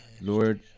lord